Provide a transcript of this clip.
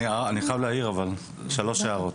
אני חייב להעיר שלוש הערות.